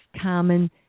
common